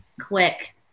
quick